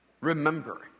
remember